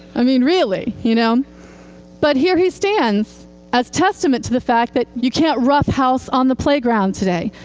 i mean, really. you know but here he stands as testament to the fact that you can't roughhouse on the playground today.